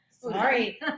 Sorry